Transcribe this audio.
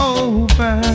over